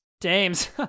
Dames